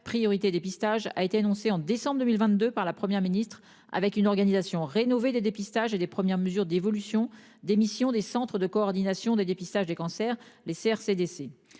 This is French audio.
priorité dépistage a été annoncée en décembre 2022 par la Première ministre avec une organisation rénovée. Des dépistages et des premières mesures d'évolution des missions des centres de coordination des dépistages des cancers. Les serres